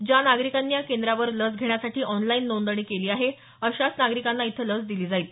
ज्या नागरिकांनी या केंद्रावर लस घेण्यासाठी ऑनलाईन नोंदणी केली आहे अशाच नागरिकांना इथं लस दिली जाईल